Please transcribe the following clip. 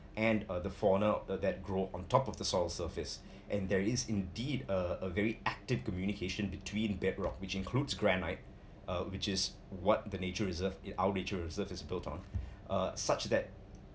and uh the fauna of the that rock on top of the soil surface and there is indeed a a very active communication between bedrock which includes granite uh which is what the nature reserve in our nature reserve is built on uh such that